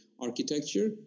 architecture